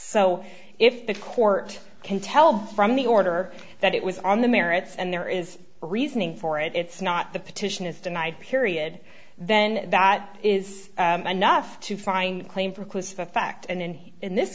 so if the court can tell from the order that it was on the merits and there is reasoning for it it's not the petition is denied period then that is enough to find claim for clues the fact and in this